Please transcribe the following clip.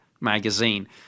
magazine